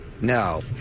No